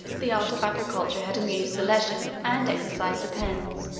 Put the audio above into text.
the art of agriculture had amused the leisure, and exercised the pens,